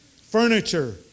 Furniture